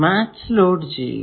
match load ചെയ്യുക